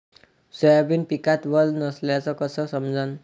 Soybean पिकात वल नसल्याचं कस समजन?